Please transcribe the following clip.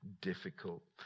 difficult